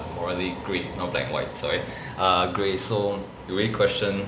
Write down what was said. morally grey not black and white sorry err grey so you really question